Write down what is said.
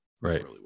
right